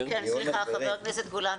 גולן,